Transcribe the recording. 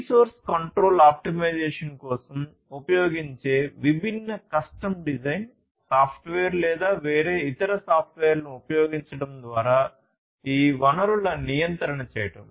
resource control optimization కోసం ఉపయోగించే విభిన్న కస్టమ్ డిజైన్ సాఫ్ట్వేర్ లేదా వేరే ఇతర సాఫ్ట్వేర్లను ఉపయోగించడం ద్వారా ఈ వనరుల నియంత్రణ చేయడం